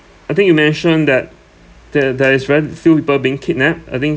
I think you mentioned that there there is very few people being kidnapped I think